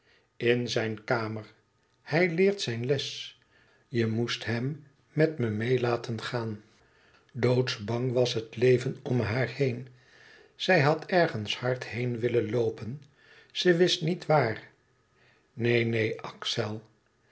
in zijn kamer hij leert zijn les je moest hem met me meê laten gaan doodsbang was het leven om haar heen zij had ergens hard heen willen loopen ze wist niet waar neen neen axel